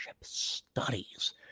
studies